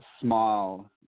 small